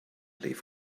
leave